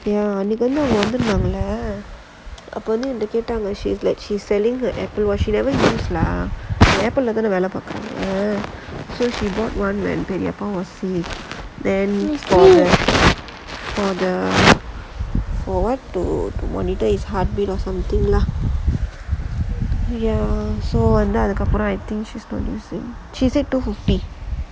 ya அன்னைக்கு வந்து அவங்க வந்து இருந்தாங்கள்ள அப்ப வந்து என்கிட்ட கேட்டாங்க:annaikku vanthu avanga vanthu irunthaangalla appe vanthu enkitta kettaanga like she selling the Apple was she never worn [one] தான வேலை பாக்குறாங்க:thaana velai paakuraanga ya for what to to monitor his heartbeat or something lah so அதுக்கு அப்புறம்:athukku appuram I think she say two fifty